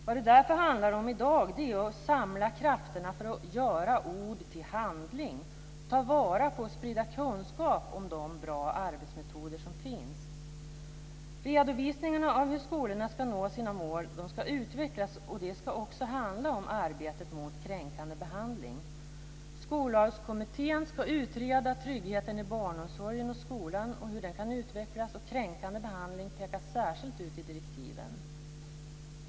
Vad det därför handlar om i dag är att samla krafterna för att göra ord till handling, att ta vara på och sprida kunskap om de bra arbetsmetoder som finns. Redovisningarna av hur skolorna ska nå sina mål ska utvecklas. Det ska också handla om arbetet mot kränkande behandling. Skollagskommittén ska utreda tryggheten i barnomsorgen och i skolan och hur den kan utvecklas. Arbetet mot kränkande behandling pekas särskilt ut i direktiven.